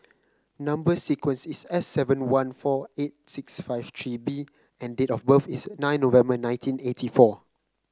number sequence is S seven one four eight six five three B and date of birth is nine November nineteen eighty four